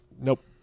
nope